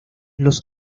los